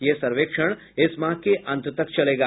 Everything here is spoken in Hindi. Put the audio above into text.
यह सर्वेक्षण इस माह के अंत तक चलेगा